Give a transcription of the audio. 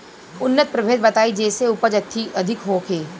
उन्नत प्रभेद बताई जेसे उपज अधिक होखे?